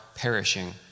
perishing